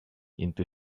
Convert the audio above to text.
into